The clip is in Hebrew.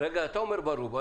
אתה אומר, ברור.